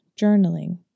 Journaling